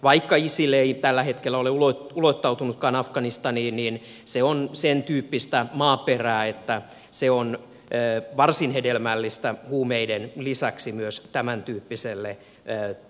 vaikka isil ei tällä hetkellä olekaan ulottautunut afganistaniin se on sentyyppistä maaperää että se on varsin hedelmällistä huumeiden lisäksi tämäntyyppiselle terroristitoiminnalle